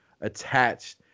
attached